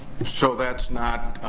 so that's not,